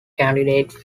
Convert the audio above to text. candidate